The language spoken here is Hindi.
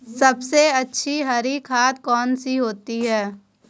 सबसे अच्छी हरी खाद कौन सी होती है?